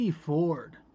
Ford